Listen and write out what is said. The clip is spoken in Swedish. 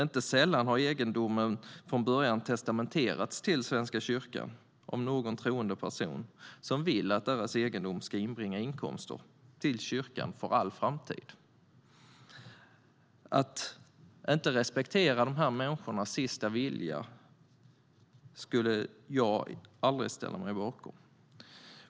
Inte sällan har egendomen från början testamenterats till Svenska kyrkan av troende personer som vill att deras egendom ska inbringa inkomster till kyrkan för all framtid. Att inte respektera dessa människors sista vilja skulle jag aldrig ställa mig bakom.